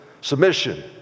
submission